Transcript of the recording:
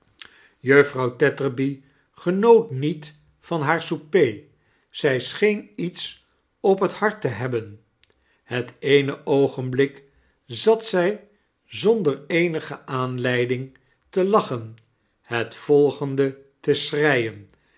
juffrpuw tetterby genoot niet van haar souper zij scheen iets op het hart te hebben het eene oogenblik zat zij zonder eenige aanleiding te lachen het volgende te